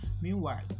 meanwhile